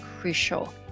crucial